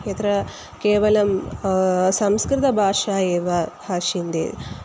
यत्र केवलं संस्कृतभाषा एव भाष्यते